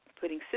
putting